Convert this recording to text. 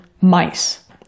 mice